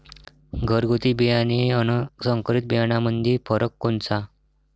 घरगुती बियाणे अन संकरीत बियाणामंदी फरक कोनचा?